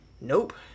Nope